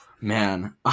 Man